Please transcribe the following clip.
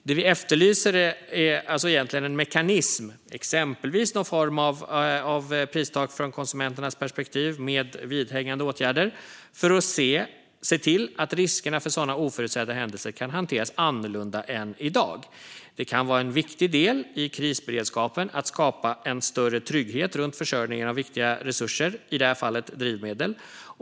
Det vi efterlyser är alltså egentligen en mekanism, exempelvis någon form av pristak från konsumenternas perspektiv med vidhängande åtgärder, för att se till att riskerna för sådana oförutsedda händelser kan hanteras annorlunda än i dag. Det kan vara en viktig del i krisberedskapen att skapa en större trygghet runt försörjningen av viktiga resurser, i det här fallet drivmedel.